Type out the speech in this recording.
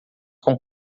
com